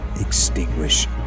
extinguish